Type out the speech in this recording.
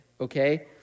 okay